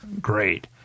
Great